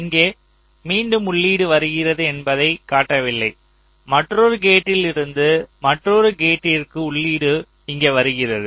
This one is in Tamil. இங்கே மீண்டும் உள்ளீடு வருகிறது என்பதை காட்டவில்லை மற்றொரு கேட்டில் இருந்து மற்றொரு கேட்டிற்கு உள்ளீடு இங்கே வருகிறது